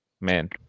man